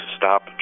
stop